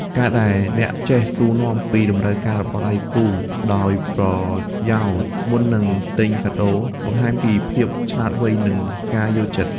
ការដែលអ្នកចេះសួរនាំពីតម្រូវការរបស់ដៃគូដោយប្រយោលមុននឹងទិញកាដូ បង្ហាញពីភាពឆ្លាតវៃ និងការយល់ចិត្ត។